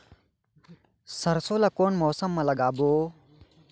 सरसो ला कोन मौसम मा लागबो?